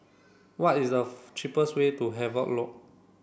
what is the cheapest way to Havelock Road